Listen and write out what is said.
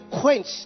quench